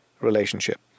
relationship